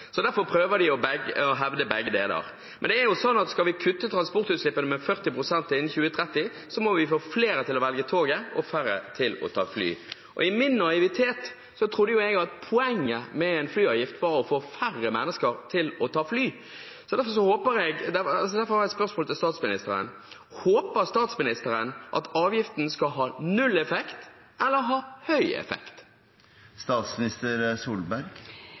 Derfor prøver de å hevde begge deler. Det er slik at skal vi kutte transportutslippene med 40 pst. innen 2030, må vi få flere til å velge tog og færre til å ta fly. I min naivitet trodde jeg at poenget med en flyavgift var å få færre mennesker til å ta fly. Derfor har jeg et spørsmål til statsministeren: Håper statsministeren at avgiften skal ha null effekt eller ha høy